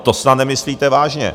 To snad nemyslíte vážně!